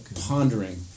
pondering